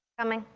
coming.